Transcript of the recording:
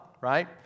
right